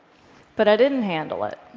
but i didn't handle it.